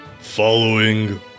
Following